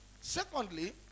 Secondly